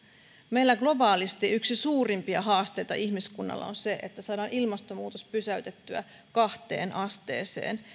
meillä globaalisti yksi suurimpia haasteita ihmiskunnalla on se että saadaan ilmastonmuutos pysäytettyä kahteen asteeseen